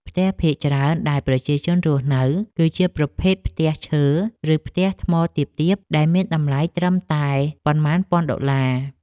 ផ្ទះភាគច្រើនដែលប្រជាជនរស់នៅ គឺជាប្រភេទផ្ទះឈើ ឬផ្ទះថ្មទាបៗដែលមានតម្លៃត្រឹមតែប៉ុន្មានពាន់ដុល្លារ។